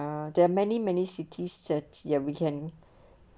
ah there are many many cities uh we can